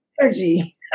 energy